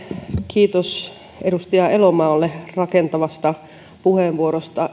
kiitos edustaja elomaalle rakentavasta puheenvuorosta